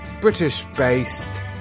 British-based